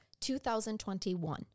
2021